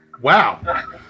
Wow